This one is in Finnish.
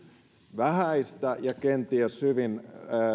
vähäistä ja kenties hyvin